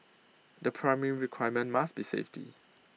the primary requirement must be safety